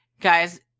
Guys